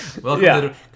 Welcome